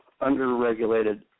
under-regulated